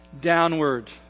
downward